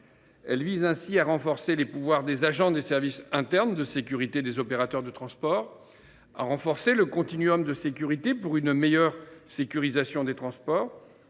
Elle vise ainsi à accroître les pouvoirs des agents des services internes de sécurité des opérateurs, à renforcer le continuum de sécurité pour une meilleure sécurisation des transports,